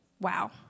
Wow